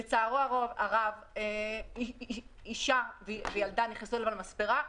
לצערו הרב אישה וילדה נכנסו למספרה שלו,